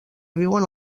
viuen